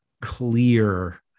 clear